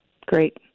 Great